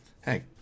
hey